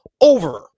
over